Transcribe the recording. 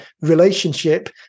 relationship